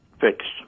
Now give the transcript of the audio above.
fixed